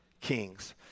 kings